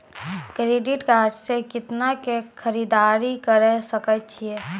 Credit card से कितना के खरीददारी करे सकय छियै?